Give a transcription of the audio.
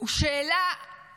הוא שאלה של